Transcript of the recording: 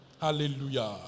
Hallelujah